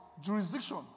Jurisdiction